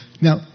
Now